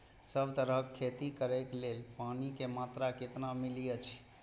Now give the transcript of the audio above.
सब तरहक के खेती करे के लेल पानी के मात्रा कितना मिली अछि?